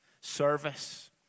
Service